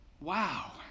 Wow